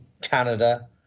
canada